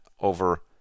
over